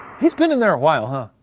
he's been in there a while, huh.